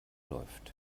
läuft